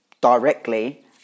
directly